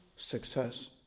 Success